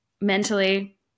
mentally